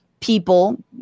people